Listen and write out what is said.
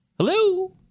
Hello